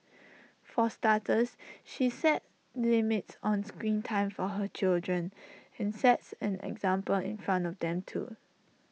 for starters she set limits on screen time for her children and sets an example in front of them too